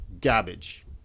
Garbage